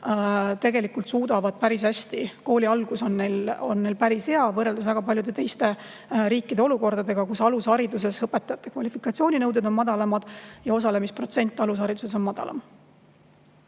tegelikult suudavad päris [palju]. Kooli algus on neil päris hea, võrreldes olukorraga väga paljudes teistes riikides, kus alushariduses õpetajate kvalifikatsiooninõuded on madalamad ja osalemisprotsent alushariduses on madalam.